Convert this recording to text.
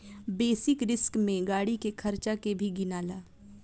basic risk में गाड़ी के खर्चा के भी गिनाला